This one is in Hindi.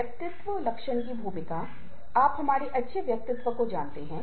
और एक भूमंडलीकृत दुनिया में दोहरे कैरियर परिवार बढ़ रहे हैं